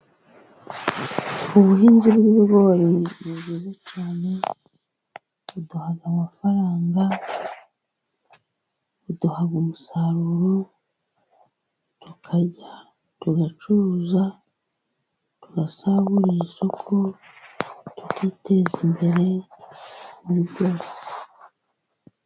Ubuhinzi bw'ibigori ni bwiza cyane buduha amafaranga buduha umusaruro, tukarya tugacuruza tugasagurira isoko tukiteza imbere muri byose.